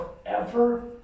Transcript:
forever